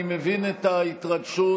אני מבין את ההתרגשות,